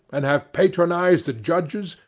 and have patronized the judges,